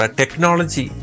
technology